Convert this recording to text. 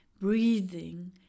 breathing